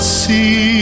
see